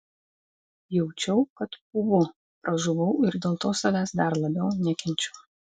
jaučiau kad pūvu pražuvau ir dėl to savęs dar labiau nekenčiau